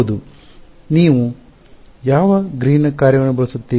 ವಿದ್ಯಾರ್ಥಿ ನೀವು ಯಾವ ಗ್ರೀನ್ನ ಕಾರ್ಯವನ್ನು ಬಳಸುತ್ತೀರಿ